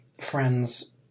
friends